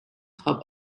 hub